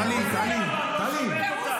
טלי, טלי, טלי.